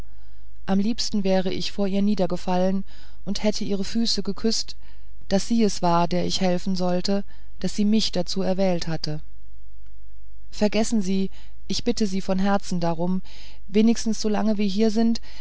am liebsten wäre ich vor ihr niedergefallen und hätte ihre füße geküßt daß sie es war der ich helfen sollte daß sie mich dazu erwählt hatte vergessen sie ich bitte sie von herzen darum wenigstens solange wir hier sind